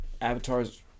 Avatars